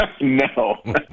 No